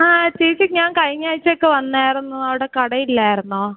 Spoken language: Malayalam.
ആ ചേച്ചി ഞാൻ കഴിഞ്ഞാഴ്ച്ചയൊക്കെ വന്നായിരുന്നു അവിടെ കടയി ഇല്ലായിരുന്നോ